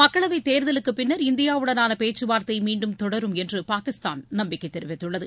மக்களவைத் தேர்தலுக்குப் பின்னர் இந்தியாவுடனான பேச்சு வார்த்தை மீண்டும் தொடரும் என்று பாகிஸ்தான் நம்பிக்கை தெரிவித்துள்ளது